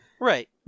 Right